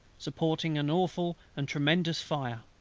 supporting an awful and tremendous fire.